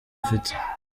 afite